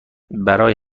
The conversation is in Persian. برای